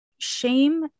shame